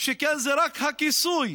שכן זה רק הכיסוי